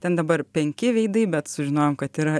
ten dabar penki veidai bet sužinojom kad yra